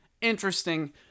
interesting